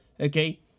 okay